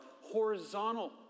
horizontal